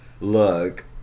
look